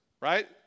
Right